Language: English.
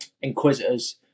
inquisitors